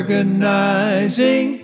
organizing